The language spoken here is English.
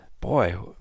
boy